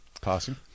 passing